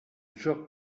joc